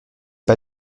pas